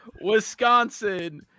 Wisconsin